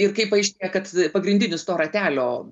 ir kai paaiškėja kad pagrindinis to ratelio